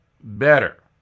better